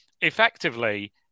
effectively